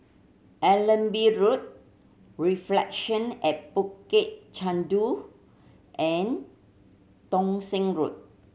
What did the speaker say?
Allenby Road Reflection at Bukit Chandu and Thong Same Road